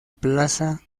plaza